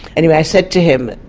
anyway i said to him,